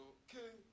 okay